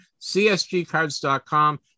csgcards.com